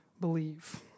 believe